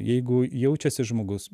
jeigu jaučiasi žmogus